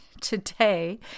today